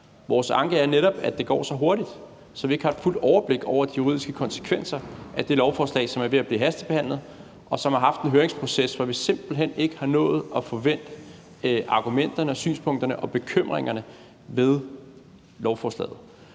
Vores anke er netop, at det går så hurtigt, at vi ikke har et fuldt overblik over de juridiske konsekvenser af det lovforslag, som er ved at blive hastebehandlet, og som har haft en høringsproces, hvor vi simpelt hen ikke har nået at få vendt argumenterne, synspunkterne og bekymringerne ved lovforslaget.